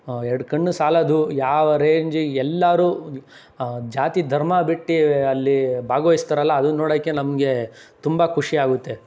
ಎರಡು ಕಣ್ಣು ಸಾಲದು ಯಾವ ರೇಂಜಿಗೆ ಎಲ್ಲರೂ ಜಾತಿ ಧರ್ಮ ಬಿಟ್ಟು ಅಲ್ಲಿ ಭಾಗವಹಿಸುತ್ತಾರಲ್ಲ ಅದನ್ನು ನೋಡೋಕ್ಕೆ ನಮಗೆ ತುಂಬ ಖುಷಿಯಾಗುತ್ತೆ